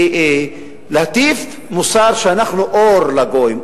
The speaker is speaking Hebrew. להטיף מוסר שאנחנו אור לגויים,